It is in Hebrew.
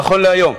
נכון להיום,